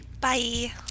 Bye